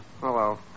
Hello